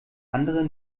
andere